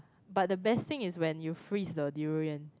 but the best thing is when you freeze the durian